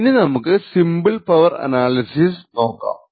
ഇനി നമുക്ക് simple power analysis നോക്കാം